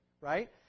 Right